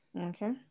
okay